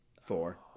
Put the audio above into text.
four